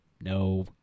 No